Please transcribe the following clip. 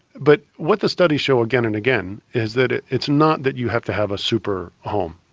but what the studies show again and again is that it's not that you have to have a super home,